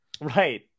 Right